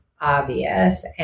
obvious